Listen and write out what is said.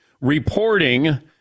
reporting